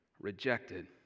rejected